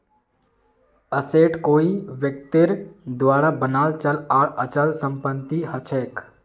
asset कोई व्यक्तिर द्वारा बनाल चल आर अचल संपत्ति हछेक